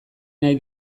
nahi